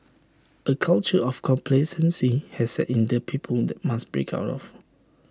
A culture of complacency has set in that people that must break out of